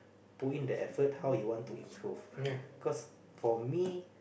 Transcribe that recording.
put in the effort how he want to improve cause for me